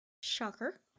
Shocker